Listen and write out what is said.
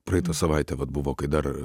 praeitą savaitę vat buvo kai dar